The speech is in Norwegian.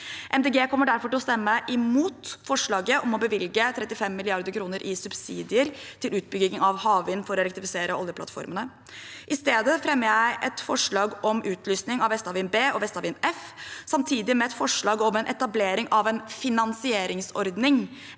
kommer derfor til å stemme imot forslaget om å bevilge 35 mrd. kr i subsidier til utbygging av havvind for å elektrifisere oljeplattformene. I stedet fremmer jeg et forslag om utlysning av Vestavind B og Vestavind F, samtidig med et forslag om en etablering av en finansieringsordning